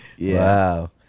Wow